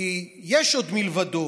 כי יש עוד מלבדו,